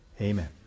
Amen